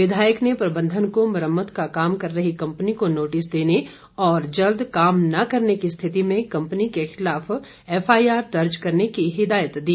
विधायक ने प्रबंधन को मुरम्मत का काम कर रही कम्पनी को नोटिस देने और जल्द काम न करने की स्थिति में कम्पनी के खिलाफ एफआईआर दर्ज करने की हिदायत दी